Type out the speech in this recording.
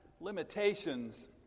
limitations